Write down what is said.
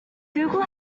google